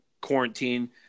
quarantine